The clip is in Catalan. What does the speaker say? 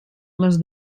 les